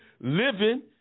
living